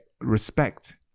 respect